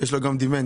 יש לו גם דמנציה.